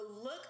look